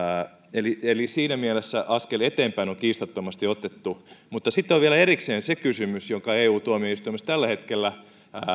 eli eli siinä mielessä askel eteenpäin on kiistattomasti otettu mutta sitten on vielä erikseen se kysymys joka eu tuomioistuimessa tällä hetkellä